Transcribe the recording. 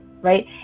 right